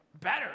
Better